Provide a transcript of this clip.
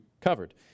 covered